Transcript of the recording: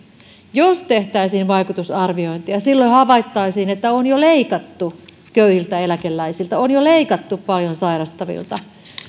jos tehtäisiin vaikutusarviointia silloin havaittaisiin että on jo leikattu köyhiltä eläkeläisiltä on jo leikattu paljon sairastavilta